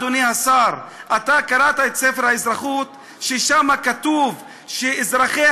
אדוני השר: אתה קראת את ספר האזרחות שבו כתוב שאזרחי